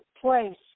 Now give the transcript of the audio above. place